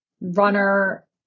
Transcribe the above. runner